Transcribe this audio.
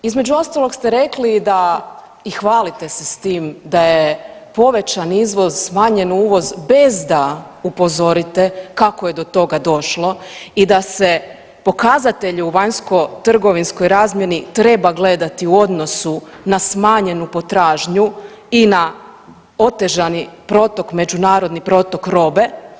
Između ostalog ste rekli i da i hvalite se s tim, da je povećan izvoz smanjen uvoz bez da upozorite kako je do toga došlo i da se pokazatelje u vanjskotrgovinskog razmjeni treba gledati u odnosu na smanjenu potražnju i na otežani protok, međunarodni protok robe.